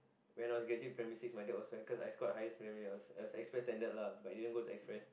when I was graduate primary six my dad was so happy because I scored highest in primary I was in express standard lah I didn't go to express